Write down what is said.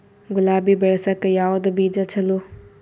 ಗುಲಾಬಿ ಬೆಳಸಕ್ಕ ಯಾವದ ಬೀಜಾ ಚಲೋ?